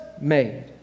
made